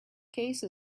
case